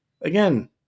again